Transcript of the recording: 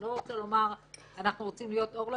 אני לא רוצה לומר שאנחנו רוצים להיות אור לגויים,